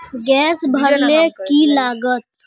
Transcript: Gas भरले की लागत?